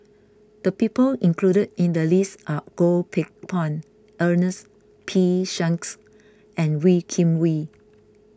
the people included in the list are Goh Teck Phuan Ernest P Shanks and Wee Kim Wee